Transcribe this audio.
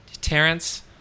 Terrence